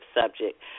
subject